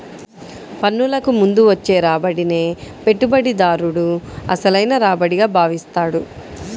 పన్నులకు ముందు వచ్చే రాబడినే పెట్టుబడిదారుడు అసలైన రాబడిగా భావిస్తాడు